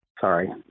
sorry